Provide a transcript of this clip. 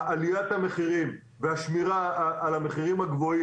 עליית המחירים והשמירה על המחירים הגבוהים